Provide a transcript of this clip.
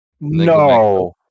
no